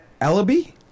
Ellaby